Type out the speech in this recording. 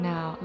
Now